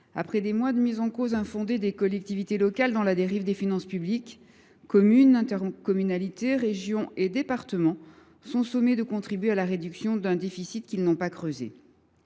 Après des mois de mise en cause infondée des collectivités locales dans la dérive des finances publiques, communes, intercommunalités, régions et départements sont sommés de contribuer à la réduction d’un déficit qu’ils n’ont pas creusé.